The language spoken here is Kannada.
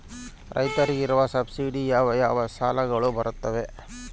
ರೈತರಿಗೆ ಇರುವ ಸಬ್ಸಿಡಿ ಯಾವ ಯಾವ ಸಾಲಗಳು ಬರುತ್ತವೆ?